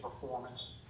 performance